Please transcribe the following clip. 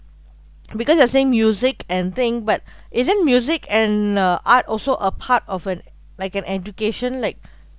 because you are saying music and thing but isn't music and uh art also a part of an like an education like